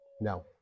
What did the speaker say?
No